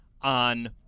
on